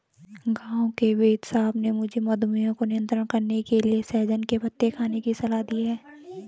गांव के वेदसाहब ने मुझे मधुमेह को नियंत्रण करने के लिए सहजन के पत्ते खाने की सलाह दी है